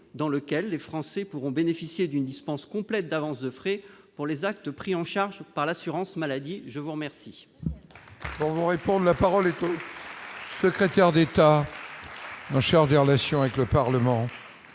dans lequel les Français pourront bénéficier d'une dispense complète d'avance de frais pour les actes pris en charge par l'assurance maladie, je vous remercie.